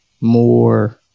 more